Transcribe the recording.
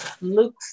luke